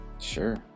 sure